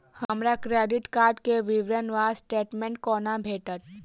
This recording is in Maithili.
हमरा क्रेडिट कार्ड केँ विवरण वा स्टेटमेंट कोना भेटत?